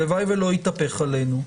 שהלוואי שלא יתהפך עלינו,